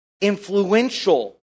influential